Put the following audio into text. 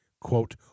Quote